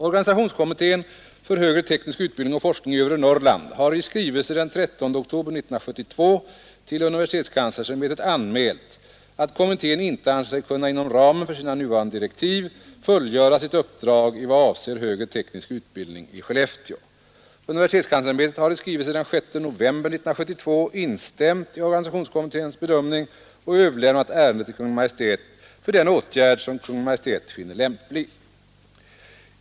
Organisationskommittén för högre teknisk utbildning och forskning i övre Norrland har i skrivelse den 13 oktober 1972 till universitetskanslersämbetet anmält att kommittén inte anser sig kunna inom ramen för sina nuvarande direktiv fullgöra sitt uppdrag i vad avser högre teknisk utbildning i Skellefteå. Universitetskanslersämbetet har i skrivelse den 6 november 1972 instämt i organisationskommitténs bedömning och överlämnat ärendet till Kungl. Maj:t för den åtgärd som Kungl. Maj:t finner lämplig.